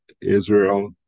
Israel